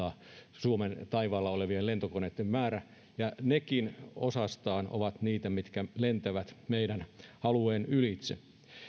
suomen taivaalla olevien lentokoneitten määrä ja nekin osastaan ovat niitä mitkä lentävät meidän alueen ylitse